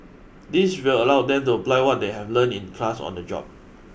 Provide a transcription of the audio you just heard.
this will allow them to apply what they have learnt in class on the job